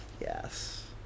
Yes